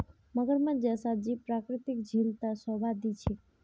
मगरमच्छ जैसा जीव प्राकृतिक झील त शोभा दी छेक